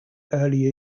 earlier